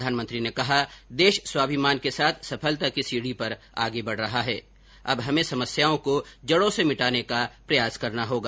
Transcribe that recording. प्रधानमंत्री ने कहा कि देश स्वाभिमान के साथ सफलता की सीढी पर आगे बढ रहा है अब हमें समस्याओं को जडों से मिटाने का प्रयास करना होगा